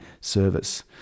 service